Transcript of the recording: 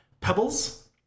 Pebbles